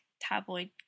tabloid